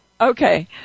Okay